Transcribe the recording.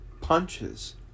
punches